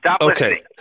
Okay